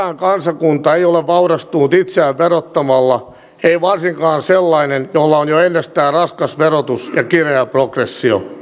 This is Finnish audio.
mikään kansakunta ei ole vaurastunut itseään verottamalla ei varsinkaan sellainen jolla on jo ennestään raskas verotus ja kireä progressio